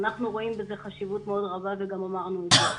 ואנחנו רואים בזה חשיבות מאוד רבה וגם אמרנו את זה,